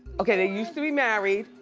okay, they used to be married.